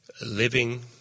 living